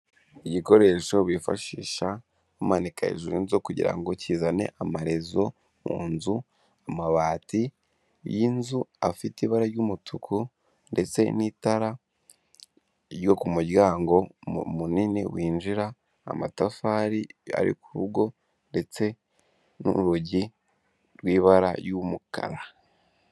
Igikoresho wifashisha umanika hejuru yin'inzu kugirango kizane amarezo mu nzu, amabati y'inzu afite ibara ry'umutuku ndetse n'itara ryo ku muryango munini winjira, amatafari ari ku rugo ndetse n'urugi rw'ibara ry'umukara.